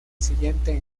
siguiente